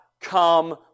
come